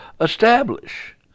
establish